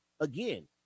Again